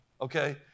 okay